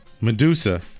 Medusa